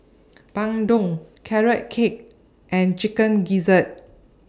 Bandung Carrot Cake and Chicken Gizzard